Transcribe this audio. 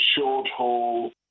short-haul